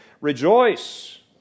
Rejoice